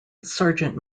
sergeant